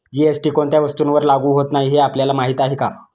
GST कोणत्या वस्तूंवर लागू होत नाही हे आपल्याला माहीत आहे का?